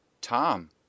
Tom